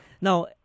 Now